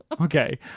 okay